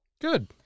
Good